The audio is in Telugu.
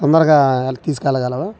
తొందరగా తీసుకెళ్ళగలవా